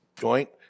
Joint